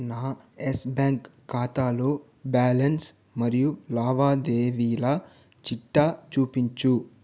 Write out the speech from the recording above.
నా Yes Bank ఖాతాలో balance మరియు లావాదేవీల చిట్టా చూపించు